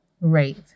Right